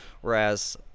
Whereas